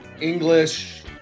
English